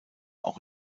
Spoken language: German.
auch